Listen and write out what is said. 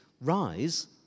Rise